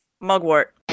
mugwort